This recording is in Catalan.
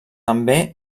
també